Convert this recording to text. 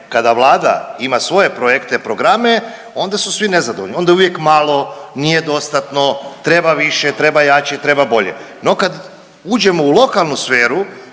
kada Vlada ima svoje projekte i programe onda su svi nezadovoljni, onda je uvijek malo, nije dostatno, treba više, treba jače i treba bolje. No kad uđemo u lokalnu sferu